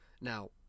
Now